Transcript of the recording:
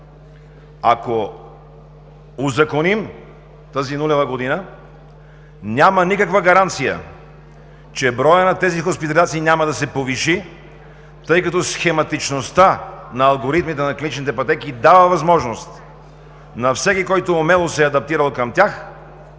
Ако узаконим тази нулева година, няма никаква гаранция, че броят на тези хоспитализации няма да се повиши, тъй като схематичността на алгоритмите на клиничните пътеки дава възможност на всеки, който умело се е адаптирал към тях,